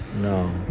No